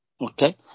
Okay